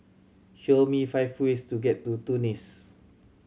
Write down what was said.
show me five ways to get to Tunis